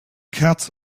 cats